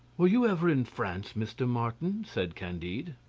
were you ever in france, mr. martin? said candide.